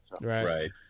Right